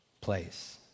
place